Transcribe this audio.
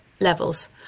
levels